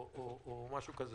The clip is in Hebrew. או משהו כזה.